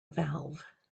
valve